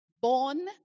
born